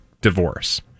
Divorce